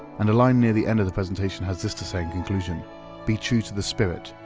and a line near the end of the presentation has this to say in conclusion be true to the spirit,